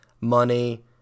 money